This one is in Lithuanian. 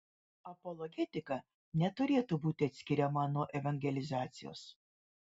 apologetika neturėtų būti atskiriama nuo evangelizacijos